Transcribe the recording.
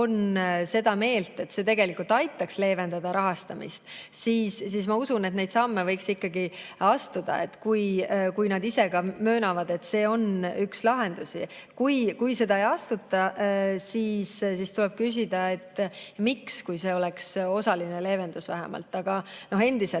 on seda meelt, et see tegelikult aitaks leevendada rahastamist, siis ma usun, et neid samme võiks ikkagi astuda. Kui nad ise ka möönavad, et see on üks lahendusi. Kui seda [sammu] ei astuta, siis tuleb küsida, miks, kui see oleks vähemalt osaline leevendus. Aga endiselt